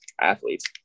athletes